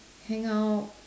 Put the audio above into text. hang out